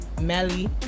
Melly